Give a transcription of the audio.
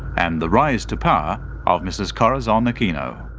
and the rise to power of mrs corazon aquino.